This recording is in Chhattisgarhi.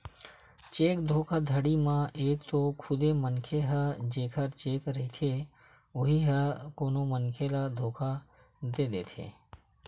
चेक धोखाघड़ी म एक तो खुदे मनखे ह जेखर चेक रहिथे उही ह कोनो मनखे ल धोखा दे देथे